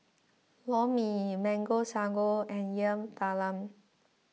Lor Mee Mango Sago and Yam Talam